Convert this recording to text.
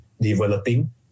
developing